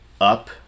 up